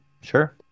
Sure